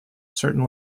certain